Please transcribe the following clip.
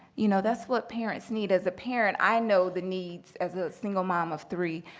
you know, that's what parents need. as a parent, i know the needs as a single mom of three,